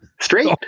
Straight